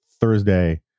Thursday